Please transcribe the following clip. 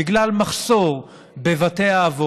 בגלל מחסור של עובדים בבתי האבות,